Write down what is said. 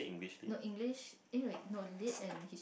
no English eh wait no Lit and His~